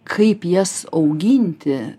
kaip jas auginti